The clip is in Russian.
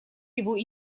его